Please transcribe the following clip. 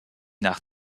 nach